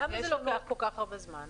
למה זה לוקח כל כך הרבה זמן?